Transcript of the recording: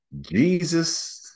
Jesus